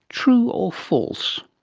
true or false?